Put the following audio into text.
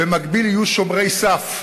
במקביל יהיו שומרי סף,